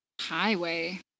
highway